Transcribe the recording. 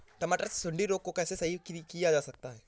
टमाटर से सुंडी रोग को कैसे सही किया जा सकता है?